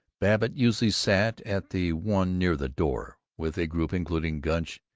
babbitt usually sat at the one near the door, with a group including gunch,